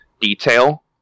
detail